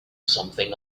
something